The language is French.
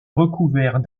recouvert